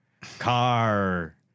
car